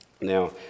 Now